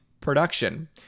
production